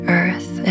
earth